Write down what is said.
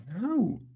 No